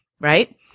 right